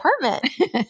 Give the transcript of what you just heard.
apartment